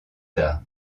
tard